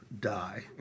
die